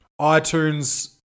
itunes